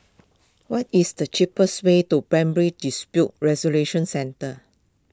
what is the cheapest way to Primary Dispute Resolution Centre